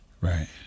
Right